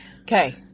Okay